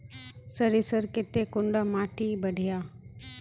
सरीसर केते कुंडा माटी बढ़िया?